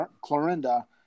clorinda